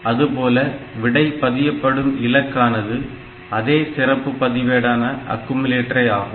அதுபோல விடை பதியப்படும் இலக்கானது அதே சிறப்பு பதிவேடான அக்குயுமுலேட்டரே ஆகும்